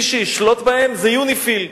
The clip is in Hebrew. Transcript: מי שישלוט בהם זה יוניפי"ל.